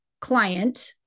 client